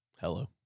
Hello